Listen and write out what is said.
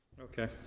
okay